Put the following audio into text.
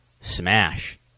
Smash